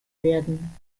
werden